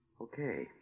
Okay